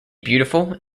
beautiful